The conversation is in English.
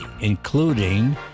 including